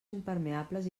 impermeables